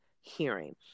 hearing